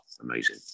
amazing